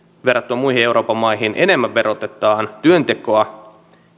verrattuna muihin euroopan maihin enemmän verotetaan työntekoa